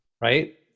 right